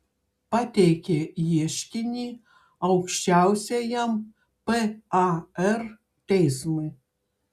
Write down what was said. pateikė ieškinį aukščiausiajam par teismui